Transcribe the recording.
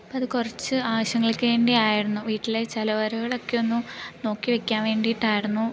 അപ്പത് കുറച്ച് ആവശ്യങ്ങൾക്കു വേണ്ടി ആയിരുന്നു വീട്ടിലെ ചിലവു വരവുകളൊക്കെ ഒന്ന് നോക്കി വെയ്ക്കാൻ വേണ്ടിയിട്ടായിരുന്നു